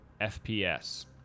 FPS